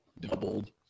doubled